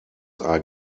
are